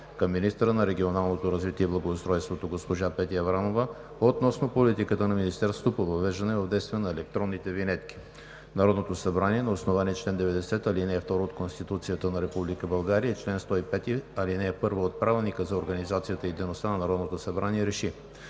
към министъра на регионалното развитие и благоустройството госпожа Петя Аврамова относно политиката на Министерството по въвеждането в действие на електронните винетки Народното събрание на основание чл. 90, ал. 2 от Конституцията на Република България и чл. 105, ал. 1 от Правилника за организацията и дейността на Народното събрание РЕШИ: